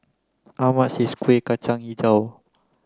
how much is Kuih Kacang Hijau